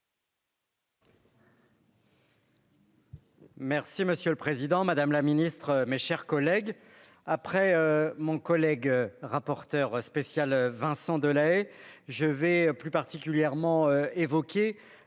spécial. Monsieur le président, madame la ministre, mes chers collègues, après mon collègue rapporteur spécial Vincent Delahaye, j'évoquerai plus particulièrement